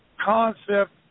concept